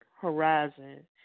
horizon